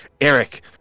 Eric